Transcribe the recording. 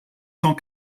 cent